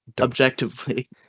objectively